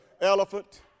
elephant